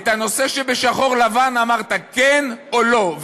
את הנושא שבשחור-לבן אמרת כן או לא.